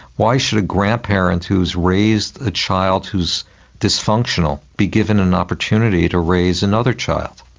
why should a grandparent who has raised a child who is dysfunctional be given an opportunity to raise another child?